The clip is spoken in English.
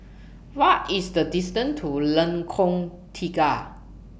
What IS The distance to Lengkong Tiga